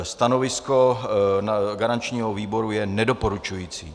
Stanovisko garančního výboru je nedoporučující.